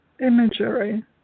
imagery